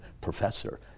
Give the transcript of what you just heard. professor